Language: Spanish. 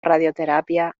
radioterapia